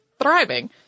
thriving